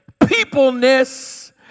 peopleness